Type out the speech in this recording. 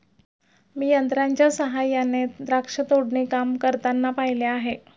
मी यंत्रांच्या सहाय्याने द्राक्ष तोडणी काम करताना पाहिले आहे